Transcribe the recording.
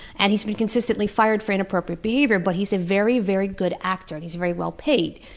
and he's been consistently fired for inappropriate behavior, but he's a very, very good actor and he's very well paid.